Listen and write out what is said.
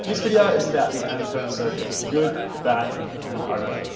this video is about the annapurna circuit the good the bad and the ugly.